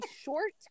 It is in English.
short